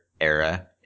era